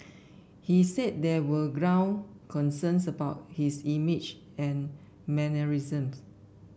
he said there were ground concerns about his image and mannerisms